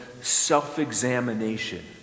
self-examination